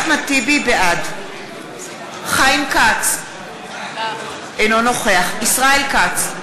בעד חיים כץ, אינו נוכח ישראל כץ,